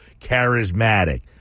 Charismatic